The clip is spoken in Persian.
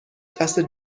قصد